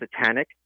satanic